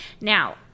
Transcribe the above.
Now